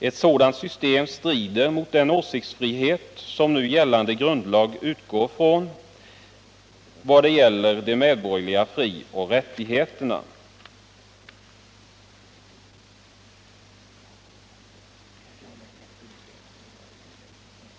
Ett sådant system strider mot den åsiktsfrihet som nu gällande grundlag utgår från vad gäller de medborgerliga frioch rättigheterna.